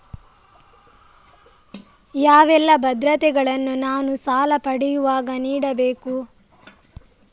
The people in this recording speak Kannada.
ಯಾವೆಲ್ಲ ಭದ್ರತೆಗಳನ್ನು ನಾನು ಸಾಲ ಪಡೆಯುವಾಗ ನೀಡಬೇಕು?